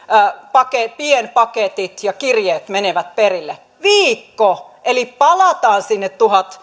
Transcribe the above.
pienpaketit ja kirjeet menevät perille viikko eli palataan sinne